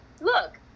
look